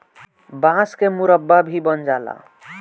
बांस के मुरब्बा भी बन जाला